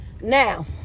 Now